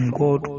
god